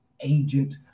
agent